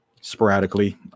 sporadically